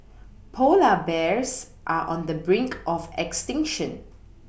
polar bears are on the brink of extinction